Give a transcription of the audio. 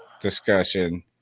discussion